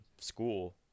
school